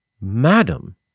Madam